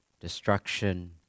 destruction